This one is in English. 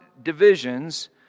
divisions